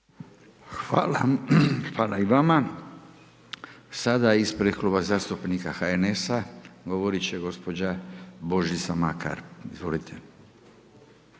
Hvala i vama. Sada ispred Kluba zastupnika HNS-a govoriti će gospođa Božica Makar, izvolite.